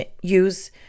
use